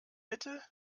mitte